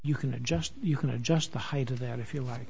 you can adjust you can adjust the height of that if you like